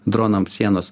dronams sienos